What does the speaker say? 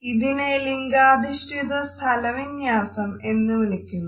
ഇതിനെ ലിംഗാധിഷ്ഠിത സ്ഥലവിന്യസനം എന്ന് വിളിക്കുന്നു